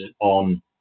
on